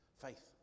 Faith